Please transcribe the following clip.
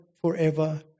forever